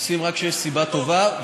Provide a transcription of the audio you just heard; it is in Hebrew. עושים רק כשיש סיבה טובה,